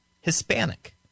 Hispanic